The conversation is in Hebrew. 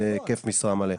בהיקף משרה מלא.